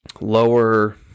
lower